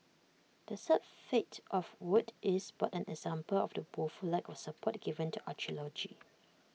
the sad fate of WoT is but an example of the woeful lack of support given to archaeology